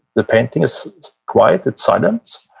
the painting is quiet, it's silence,